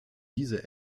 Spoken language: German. diese